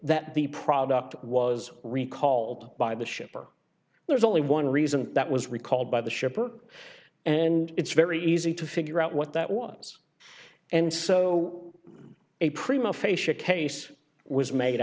that the product was recalled by the shipper there's only one reason that was recalled by the shipper and it's very easy to figure out what that was and so a prima facia case was made